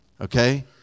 Okay